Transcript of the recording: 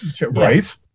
Right